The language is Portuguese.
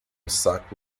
saco